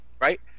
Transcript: right